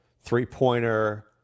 three-pointer